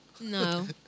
No